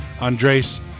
Andres